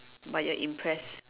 but you're impressed